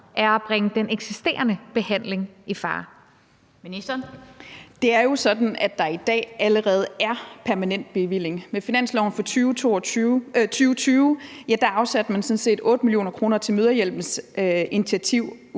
Ministeren for ligestilling (Marie Bjerre): Det er jo sådan, at der i dag allerede er en permanent bevilling. Med finansloven for 2020 afsatte man sådan set 8 mio. kr. til Mødrehjælpens initiativ